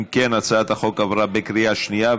אם כן, הצעת החוק עברה בקריאה שנייה.